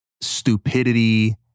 stupidity